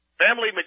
family